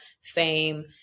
fame